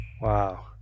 Wow